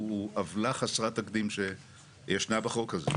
הוא עוולה חסרת תקדים שישנה בחוק הזה.